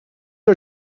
are